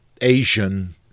Asian